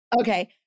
Okay